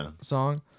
song